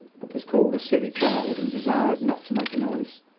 but was called a silly child, and desired not to make a noise.